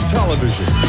television